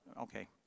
okay